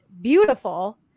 beautiful